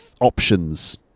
options